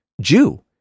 Jew